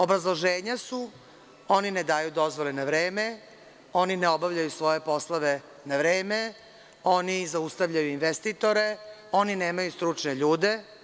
Obrazloženja su – oni ne daju dozvole na vreme, oni ne obavljaju svoje poslove na vreme, oni zaustavljaju investitore, oni nemaju stručne ljude.